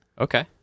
Okay